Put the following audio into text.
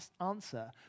answer